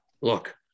Look